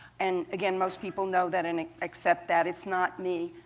and again, most people know that and accept that it's not me.